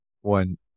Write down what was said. one